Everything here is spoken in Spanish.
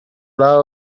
lado